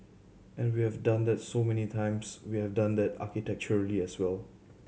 and we have done that so many times we have done that architecturally as well